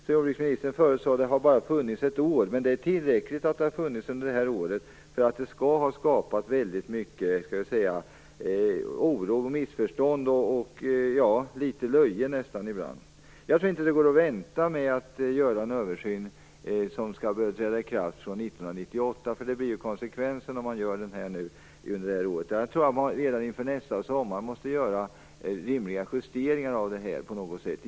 Jordbruksministern sade att detta stöd bara har funnits i ett år, men det är tillräckligt för att hinna skapa mycket oro, missförstånd och ibland faktiskt nästan löje. Jag tror inte att det går att vänta med att göra en översyn, något som skulle gälla från 1998. Det skulle ju bli konsekvensen. Redan inför nästa sommar tror jag att det behövs rimliga justeringar på något sätt.